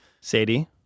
Sadie